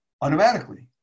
automatically